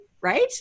right